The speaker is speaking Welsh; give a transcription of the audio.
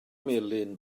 melyn